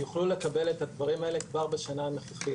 יוכלו לקבל את הדברים האלה כבר בשנה הנוכחית.